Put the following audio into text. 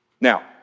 Now